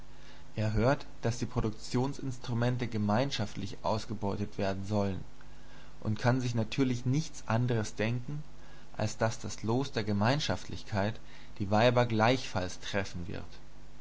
er hört daß die produktionsinstrumente gemeinschaftlich ausgebeutet werden sollen und kann sich natürlich nichts anderes denken als daß das los der gemeinschaftlichkeit die weiber gleichfalls treffen wird